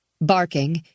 Barking